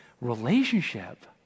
relationship